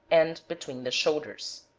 and between the shoulders.